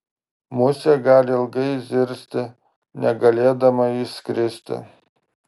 musė gali ilgai zirzti negalėdama išskristi